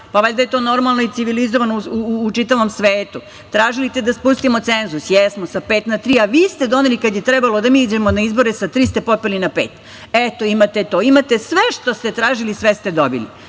Valjda je to normalno i civilizovano u čitavom svetu. Tražili ste da spustimo cenzus, jesmo, sa pet na tri, a vi ste doneli kada mi treba da mi izađemo na izbore sa tri ste popeli na pet. Eti, imate sve što ste tražili to ste dobili.